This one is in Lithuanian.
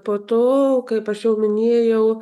po to kaip aš jau minėjau